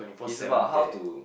it's about how to